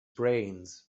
brains